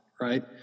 Right